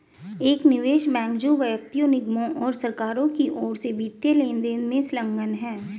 एक निवेश बैंक जो व्यक्तियों निगमों और सरकारों की ओर से वित्तीय लेनदेन में संलग्न है